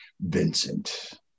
Vincent